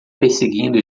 perseguindo